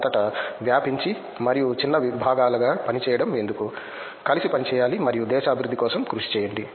అంతటా వ్యాపించి మరియు చిన్న భాగాలగా పని చేయడం ఎందుకు కలిసి పనిచేయాలి మరియు దేశ అభివృద్ధి కోసం కృషి చేయండి